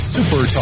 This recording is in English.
Super